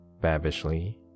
babishly